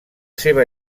seva